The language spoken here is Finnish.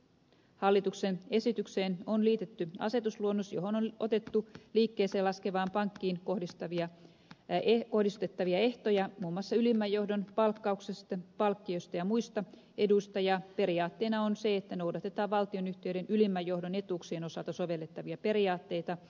hallituksen esitykseen on liitetty asetusluonnos johon on otettu liikkeeseen laskevaan pankkiin kohdistettavia ehtoja muun muassa ylimmän johdon palkkauksesta palkkioista ja muista eduista ja periaatteena on se että noudatetaan valtionyhtiöiden ylimmän johdon etuuksien osalta sovellettavia periaatteita